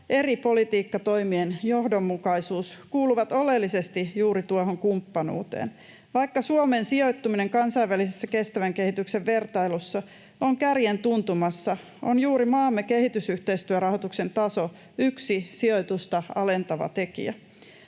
eri politiikkatoimien johdonmukaisuus kuuluvat oleellisesti juuri tuohon kumppanuuteen. Vaikka Suomen sijoittuminen kansainvälisessä kestävän kehityksen vertailussa on kärjen tuntumassa, on juuri maamme kehitysyhteistyörahoituksen taso yksi sijoitusta alentava tekijä.